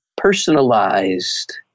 personalized